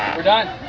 we're done!